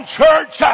church